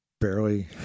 Barely